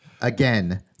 again